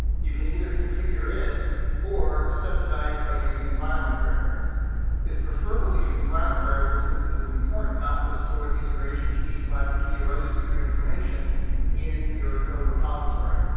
you can either configure it or set the values by using environment variables is preferable to use environment variables since it is important not to store the integration key, private key, or other secret information in your code repository.